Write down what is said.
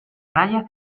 raya